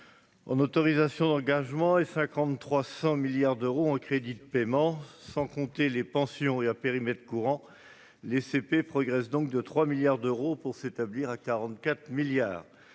en autorisations d'engagement (AE) et à 53,1 milliards d'euros en crédits de paiement (CP). Sans compter les pensions, et à périmètre courant, les CP progressent donc de 3 milliards d'euros, pour s'établir à 44 milliards